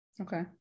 okay